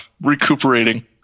recuperating